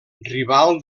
rival